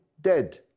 dead